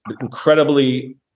incredibly